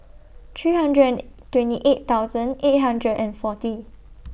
three hundred and twenty eight thousand eight hundred and forty